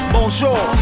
Bonjour